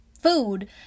food